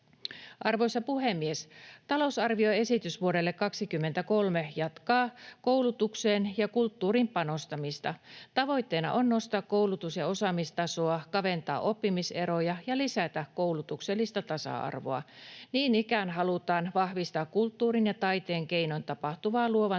Arvoisa puhemies! Talousarvioesitys vuodelle 23 jatkaa koulutukseen ja kulttuuriin panostamista. Tavoitteena on nostaa koulutus- ja osaamistasoa, kaventaa oppimiseroja ja lisätä koulutuksellista tasa-arvoa. Niin ikään halutaan vahvistaa kulttuurin ja taiteen keinoin tapahtuvan luovan työn